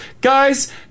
guys